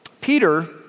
Peter